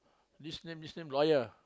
this name this name lawyer